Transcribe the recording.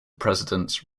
presidents